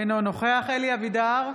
אינו נוכח אלי אבידר,